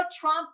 Trump